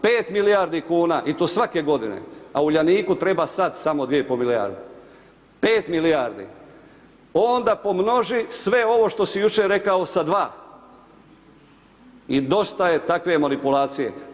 5 milijardi kuna i to svake godine, a Uljaniku treba sad samo 2,5 milijarde, 5. milijardi, onda pomnoži sve ovo što si jučer rekao sa dva i dosta je takve manipulacije.